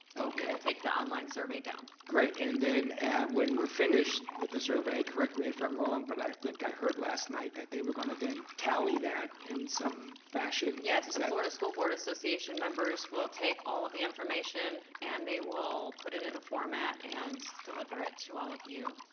take the online survey down. great, and then when we're finished with the survey, correct me if i'm wrong but i think i heard last night that they were gonna then tally that in some fashion. yes, the florida school board association members will take all of the information and they will put it in a format and deliver it to all of you,